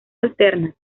alternas